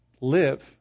live